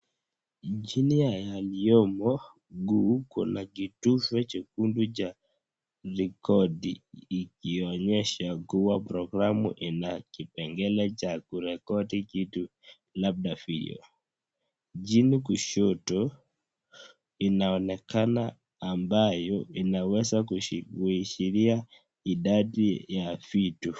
Chini yaliyomo guu, kuna kitufe chekundu cha rekondi ikionyesha kuwa (cs)program,(cs),inakipengele cha kurekodi kituo labda video. Chini kushoto inaonekana ambayo inaweza kuishiria idadi ya vitu.